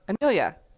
Amelia